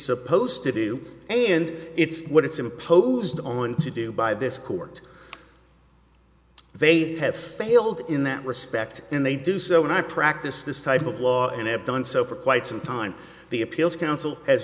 supposed to do and it's what it's imposed on to do by this court they have failed in that respect and they do so when i practice this type of law and i have done so for quite some time the appeals council has